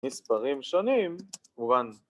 ‫מספרים שונים. ‫כמובו